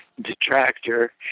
detractor